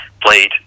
played